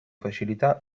facilità